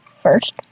first